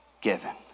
given